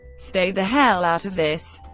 stay the hell out of this.